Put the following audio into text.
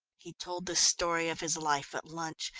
he told the story of his life at lunch,